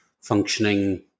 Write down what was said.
functioning